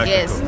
Yes